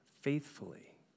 faithfully